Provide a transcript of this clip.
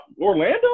Orlando